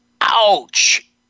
Ouch